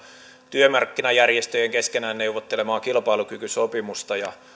työmarkkinajärjestöjen keskenään neuvottelemaa kilpailukykysopimusta ja